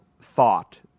thought